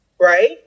right